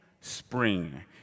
spring